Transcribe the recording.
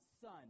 son